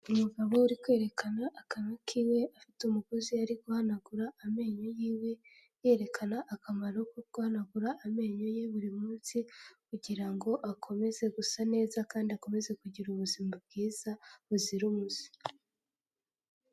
Umugabo uri kwerekana akanwa kiwe, afite umugozi ari guhanagura amenyo yiwe, yerekana akamaro ko guhanagura amenyo yiwe buri munsi, kugira ngo akomeze gusa neza kandi akomeze kugira ubuzima bwiza buzira umuze.